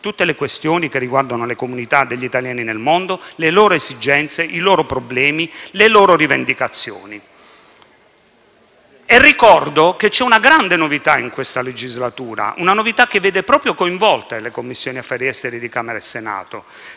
tutte le questioni che riguardano le comunità degli italiani nel mondo, le loro esigenze, i loro problemi e le loro rivendicazioni. Ricordo che c'è una grande novità in questa legislatura, che vede coinvolte le Commissioni affari esteri di Camera e Senato.